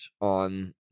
on